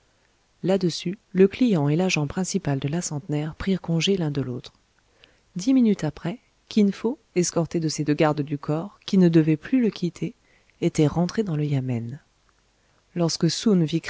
là-dessus le client et l'agent principal de la centenaire prirent congé l'un de l'autre dix minutes après kin fo escorté de ses deux gardes du corps qui ne devaient plus le quitter était rentré dans le yamen lorsque